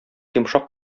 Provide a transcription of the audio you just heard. йомшак